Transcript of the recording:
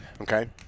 Okay